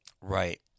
Right